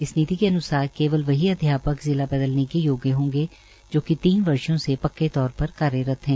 इस नीति के अन्सार केवल वही अध्यापक जिला बदलने के योग्य होंगे जो कि तीन वर्षो से पक्के तौर पर कार्यरत है